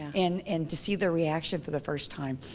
and and to see their reaction for the first time.